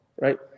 right